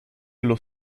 los